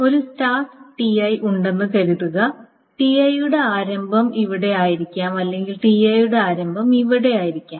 ഒരു start Tj ഉണ്ടെന്ന് കരുതുക Tj യുടെ ആരംഭം ഇവിടെ ആയിരിക്കാം അല്ലെങ്കിൽ Tj യുടെ ആരംഭം ഇവിടെ ആയിരിക്കാം